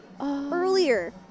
earlier